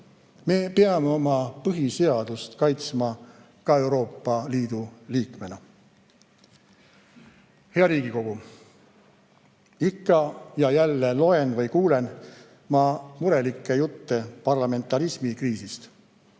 Me peame oma põhiseadust kaitsma ka Euroopa Liidu liikmena. Hea Riigikogu! Ikka ja jälle loen või kuulen ma murelikke jutte parlamentarismi kriisist.